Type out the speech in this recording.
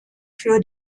für